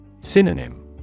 Synonym